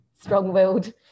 strong-willed